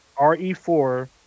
RE4